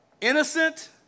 innocent